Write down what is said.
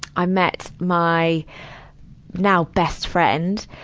i met my now best friend,